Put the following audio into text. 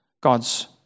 God's